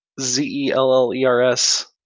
Z-E-L-L-E-R-S